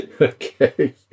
Okay